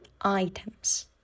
items